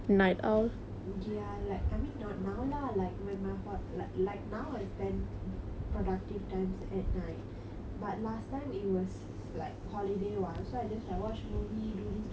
ya like I mean not now lah like when my heart like like now I spend productive times at night but last time it was like holiday what so I just like watch movie do this do that lah